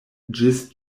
ĝis